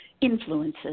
influences